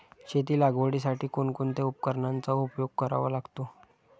शेती लागवडीसाठी कोणकोणत्या उपकरणांचा उपयोग करावा लागतो?